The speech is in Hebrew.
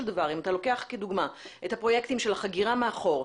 דבר אם אתה לוקח כדוגמה את הפרויקטים של החגירה מאחור,